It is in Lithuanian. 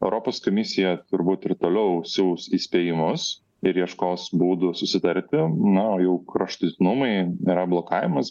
europos komisija turbūt ir toliau siųs įspėjimus ir ieškos būdų susitarti na o jau kraštutinumai yra blokavimas